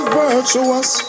virtuous